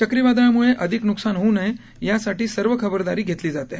चक्रीवादळामुळे अधिक नुकसान होऊ नये यासाठी सर्व खबरदारी घेतली जाते आहे